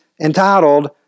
entitled